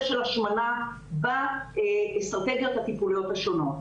של השמנה באסטרטגיות הטיפוליות השונות.